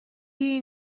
این